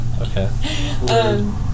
Okay